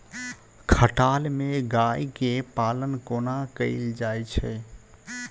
खटाल मे गाय केँ पालन कोना कैल जाय छै?